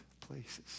places